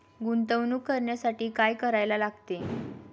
गुंतवणूक करण्यासाठी काय करायला लागते?